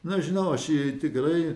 nežinau aš jį tikrai